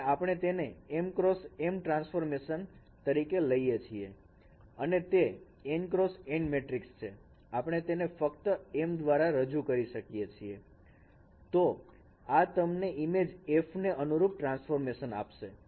અને આપણે તેને m x m ટ્રાન્સફોર્મેશન તરીકે લઈ શકીએ છીએ અને તે n x n મેટ્રિકસ છે આપણે તેને ફક્ત M દ્વારા રજૂ કરીએ છીએ તો આ તમને ઈમેજ f ને અનુરૂપ ટ્રાન્સફોર્મેશન આપશે